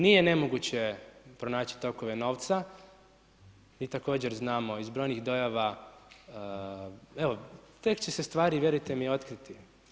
Nije nemoguće pronaći tokove novca i također znamo iz brojnih dojava, evo, tek će se stvari vjerujte mi otkriti.